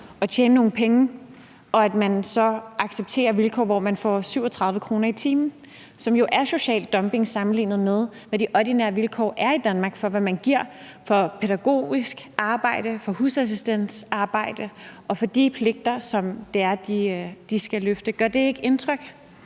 at tjene nogle penge, og at man så accepterer vilkår, hvor man får 37 kr. i timen, hvilket jo er social dumping, når man sammenligner det med, hvad de ordinære vilkår er i Danmark for, hvad man giver for pædagogisk arbejde, husassistentsarbejde og for de pligter, som de skal løfte. Gør det ikke indtryk?